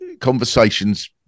conversations